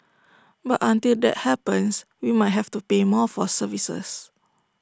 but until that happens we might have to pay more for services